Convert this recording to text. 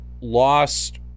lost